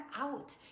out